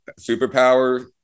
superpower